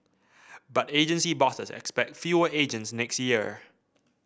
but agency bosses expect fewer agents next year